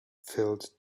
filled